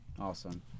awesome